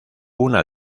una